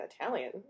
Italian